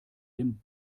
den